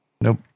Nope